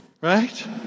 right